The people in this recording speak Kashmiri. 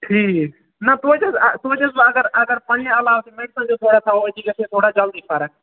ٹھیٖک نہَ توتہِ حظ توتہِ حظ بہٕ اَگر اَگر پَنٕنہِ علاوٕ تہِ میڈِسن تہِ تھاوَو أتی گَژھِ ہَے تھوڑا جلدٕے فرق